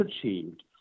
achieved